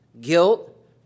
guilt